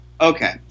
Okay